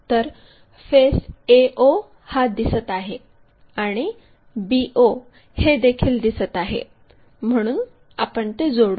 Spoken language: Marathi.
तर फेस a o हा दिसत आहे आणि b o हे देखील दिसत आहे म्हणून आपण ते जोडू